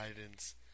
guidance